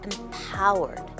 empowered